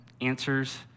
answers